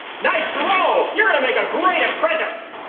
nice throw! you're gonna make a great apprentice.